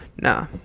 nah